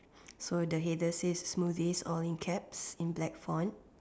so the header says smoothies all in caps in black font